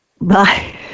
Bye